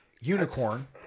Unicorn